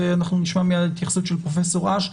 ואנחנו נשמע מייד התייחסות של פרופ' אש.